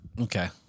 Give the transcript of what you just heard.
Okay